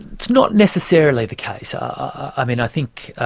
it's not necessarily the case. i mean, i think